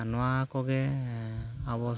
ᱟᱨ ᱱᱚᱣᱟ ᱠᱚᱜᱮ ᱟᱵᱚ